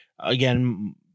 again